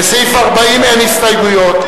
לסעיף 40 אין הסתייגויות.